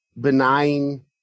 benign